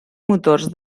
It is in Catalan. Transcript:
motors